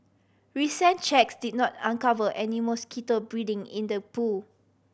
recent checks did not uncover any mosquito breeding in the pool